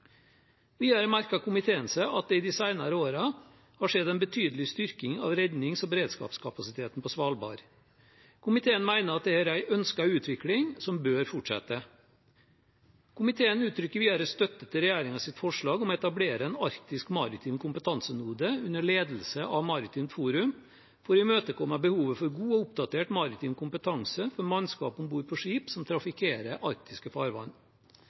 Videre merker komiteen seg at det i de senere årene har skjedd en betydelig styrking av rednings- og beredskapskapasiteten på Svalbard. Komiteen mener at det er en ønsket utvikling som bør fortsette. Komiteen uttrykker videre støtte til regjeringens forslag om å etablere en arktisk maritim kompetansenode under ledelse av Maritimt Forum for å imøtekomme behovet for god og oppdatert maritim kompetanse for mannskap om bord på skip som trafikkerer arktiske farvann.